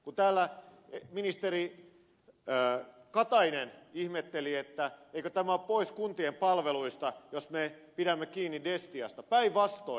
kun täällä ministeri katainen ihmetteli eikö tämä ole pois kuntien palveluista jos me pidämme kiinni destiasta päinvastoin